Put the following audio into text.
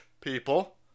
people